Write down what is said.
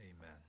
amen